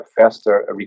faster